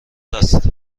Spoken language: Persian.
است